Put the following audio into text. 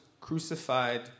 crucified